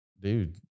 dude